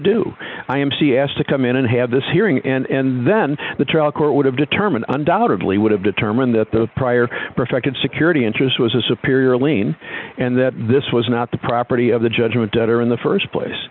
do i m c asked to come in and have this hearing and then the trial court would have determined undoubtedly would have determined that the prior perfected security interest was a superior lien and that this was not the property of the judgment debtor in the st place